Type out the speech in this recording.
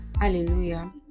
Hallelujah